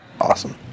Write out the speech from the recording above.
Awesome